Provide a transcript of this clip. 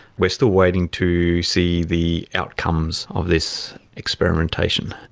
we're still waiting to see the outcomes of this experimentation.